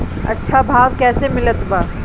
अच्छा भाव कैसे मिलत बा?